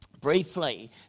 briefly